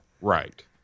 Right